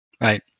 Right